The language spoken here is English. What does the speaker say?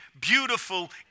beautiful